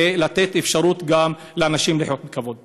וגם לתת אפשרות לאנשים לחיות בכבוד?